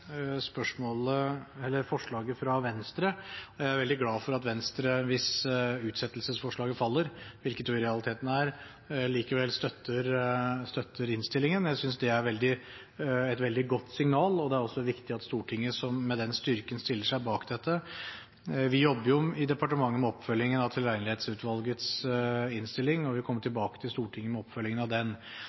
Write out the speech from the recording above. forslaget fra Venstre. Jeg er veldig glad for at Venstre, hvis utsettelsesforslaget faller, hvilket det i realiteten gjør, likevel støtter innstillingen. Jeg synes det er et veldig godt signal, og det er også viktig at Stortinget med den styrken stiller seg bak dette. Vi jobber i departementet med oppfølgingen av Tilregnelighetsutvalgets innstilling og vil komme tilbake til Stortinget med oppfølgingen av den.